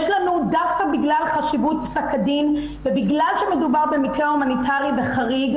דווקא בגלל חשיבות פסק הדין ובגלל שמדובר במקרה הומניטרי וחריג,